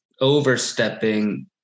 overstepping